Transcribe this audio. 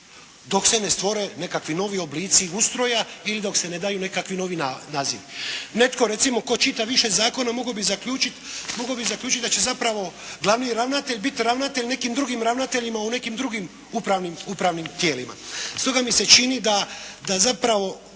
dok se ne stvore nekakvi novi oblici ustroja ili dok se ne daju nekakvi novi nazivi. Netko je recimo tko čita više zakone, mogao bi zaključiti da će zapravo glavni ravnatelj biti ravnatelj nekim drugim ravnateljima u nekim drugim upravnim tijelima. Stoga mi se čini da zapravo